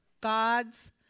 God's